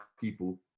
people